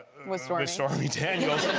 with sort of stormy daniels.